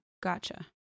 Gotcha